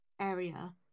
area